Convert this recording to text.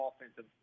offensive